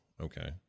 okay